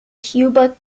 cuba